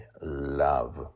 love